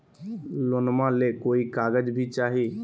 लोनमा ले कोई कागज भी चाही?